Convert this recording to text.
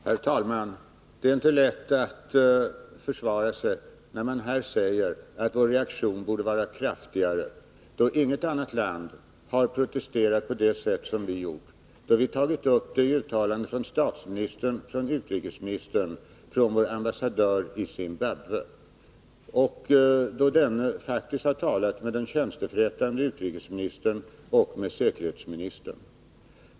Herr talman! Det är inte lätt att försvara sig när man här säger att vår reaktion borde vara kraftigare, då inget annat land har protesterat på det sätt som Sverige har gjort. Vi har tagit upp situationen i uttalanden från statsministern, från utrikesministern och från vår ambassadör i Zimbabwe. Denne har faktiskt talat med den tjänsteförrättande utrikesministern och med säkerhetsministern.